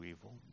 evil